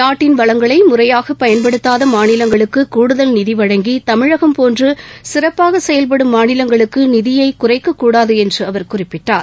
நாட்டின் வளங்களை முறையாக பயன்படுத்தாத மாநிலங்களுக்கு கூடுதல் நிதி வழங்கி தமிழகம் போன்று சிறப்பாக செயல்படும் மாநிலங்களுக்கு நிதியை குறைக்கக்கூடாது என்று அவர் குறிப்பிட்டார்